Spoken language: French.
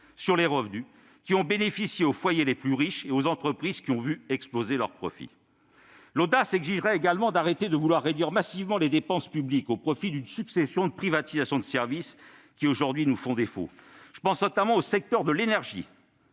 des revenus ayant bénéficié aux foyers les plus riches et aux entreprises dont les profits ont explosé. L'audace exigerait également d'arrêter de vouloir réduire massivement les dépenses publiques au profit d'une succession de privatisations de services, qui, aujourd'hui, nous font défaut. Je pense notamment aux secteurs de l'énergie